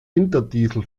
winterdiesel